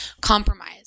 compromise